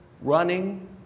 running